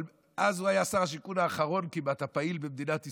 אבל הוא היה שר השיכון האחרון הפעיל במדינת ישראל,